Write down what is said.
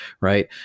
right